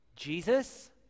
Jesus